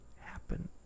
happen